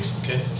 okay